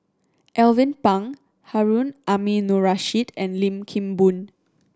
Alvin Pang Harun Aminurrashid and Lim Kim Boon